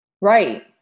Right